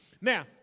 Now